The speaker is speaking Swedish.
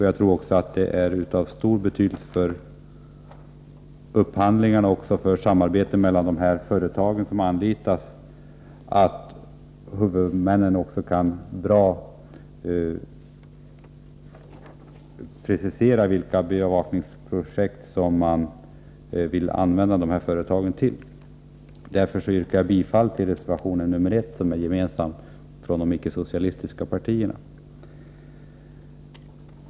Jag tror också att det är av stor betydelse för upphandlingarna och för samarbetet med de bevakningsföretag som anlitas att huvudmännen kan precisera för vilka bevakningsprojekt man vill använda de här företagen. Därför yrkar jag bifall till reservation 1, som är gemensam för de icke-socialistiska partierna.